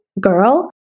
girl